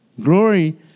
Glory